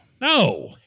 No